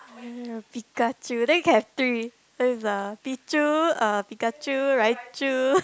Pikachu then you can have three first is the Picchu uh Pikachu Raichu